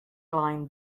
line